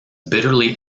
bitterly